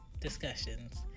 discussions